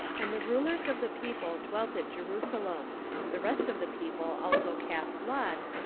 and the rulers of the people dwelt at jerusalem the rest of the people also cast lots,